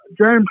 James